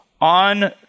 on